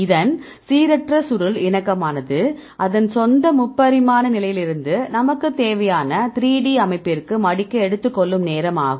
இதன் சீரற்ற சுருள் இணக்கமானது அதன் சொந்த முப்பரிமான நிலையிலிருந்து நமக்குத் தேவையான 3D அமைப்பிற்கு மடிக்க எடுத்துக் கொள்ளும் நேரம் ஆகும்